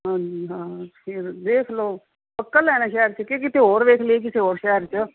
ਹਾਂਜੀ ਹਾਂ ਫਿਰ ਦੇਖ ਲਓ ਪੱਕਾ ਲੈਣਾ ਸ਼ਹਿਰ 'ਚ ਕਿ ਕਿਤੇ ਹੋਰ ਵੇਖ ਲਈਏ ਕਿਸੇ ਹੋਰ ਸ਼ਹਿਰ 'ਚ